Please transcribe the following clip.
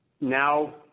Now